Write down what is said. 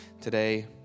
today